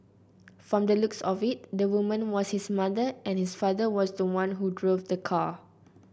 from the looks of it the woman was his mother and his father was the one who drove the car